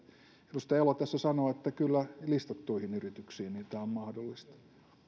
edustaja elo tässä sanoi että kyllä listattuihin yrityksiin tämä on mahdollista